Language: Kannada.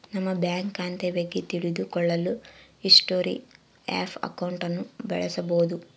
ನಮ್ಮ ಬ್ಯಾಂಕ್ ಖಾತೆಯ ಬಗ್ಗೆ ತಿಳಿದು ಕೊಳ್ಳಲು ಹಿಸ್ಟೊರಿ ಆಫ್ ಅಕೌಂಟ್ ಅನ್ನು ಬಳಸಬೋದು